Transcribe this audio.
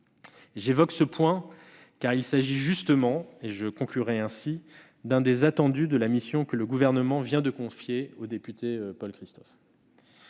J'évoque ce point, car il s'agit justement de l'un des attendus de la mission que le Gouvernement vient de confier au député Paul Christophe.